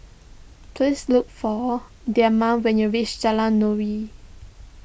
please look for Dema when you reach Jalan Nuri